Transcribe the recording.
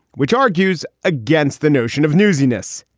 which argues against the notion of news penis,